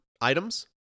items